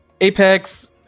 Apex